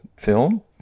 film